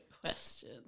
question